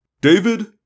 David